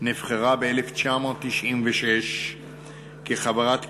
נבחרה ב-1996 כחברת כנסת,